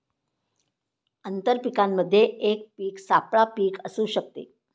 आंतर पीकामध्ये एक पीक सापळा पीक असू शकते